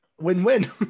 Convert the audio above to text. win-win